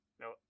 No